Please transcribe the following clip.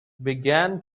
began